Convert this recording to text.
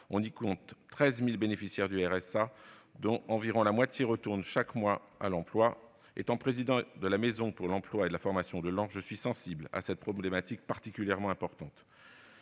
On y compte 13 000 bénéficiaires du RSA, dont environ la moitié retournent chaque mois à l'emploi. En tant que président de la maison de l'emploi et de la formation de Laon, je suis sensible à cette problématique particulièrement importante.